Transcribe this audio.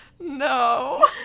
No